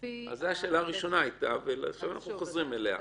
זו השאלה הייתה הראשונה ועכשיו אנחנו חוזרים אליה.